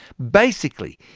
basically,